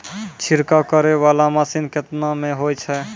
छिड़काव करै वाला मसीन केतना मे होय छै?